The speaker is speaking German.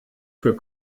für